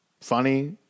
funny